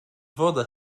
woda